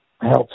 helps